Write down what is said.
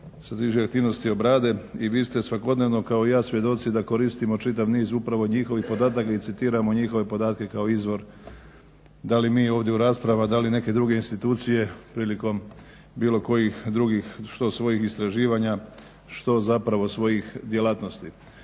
skoro 100-tinjak … obrade i vi ste svakodnevno kao i ja svjedoci da koristimo čitav niz upravo njihovih podataka i citiramo njihove podatke kao izvor da li mi ovdje u raspravama, da li neke druge institucije prilikom bilo kojih drugih što svojih istraživanja, što zapravo svojih djelatnosti.